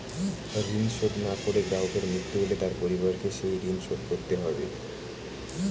ঋণ শোধ না করে গ্রাহকের মৃত্যু হলে তার পরিবারকে সেই ঋণ শোধ করতে হবে?